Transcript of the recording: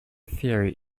theory